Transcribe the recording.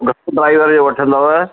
बसि ड्राइवर ई वठंदुव